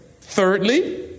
thirdly